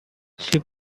she